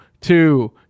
two